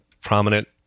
prominent